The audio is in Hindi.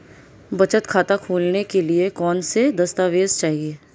बचत खाता खोलने के लिए कौनसे दस्तावेज़ चाहिए?